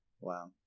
Wow